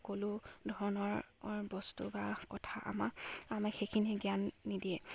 সকলো ধৰণৰ বস্তু বা কথা আমাক আমাক সেইখিনিয়ে জ্ঞান নিদিয়ে